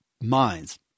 minds